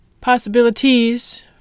possibilities